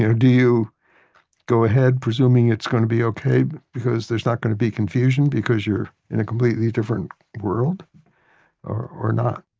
do you go ahead presuming it's going to be okay because there's not going to be confusion because you're in a completely different world or not?